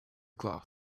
cloth